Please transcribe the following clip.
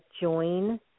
join